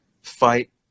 fight